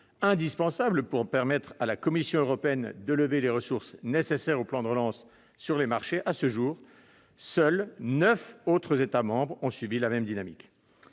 indispensable pour permettre à la Commission européenne de lever les ressources nécessaires au plan de relance sur les marchés, à ce jour, seuls neuf autres États membres ont suivi la même dynamique.